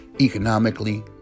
economically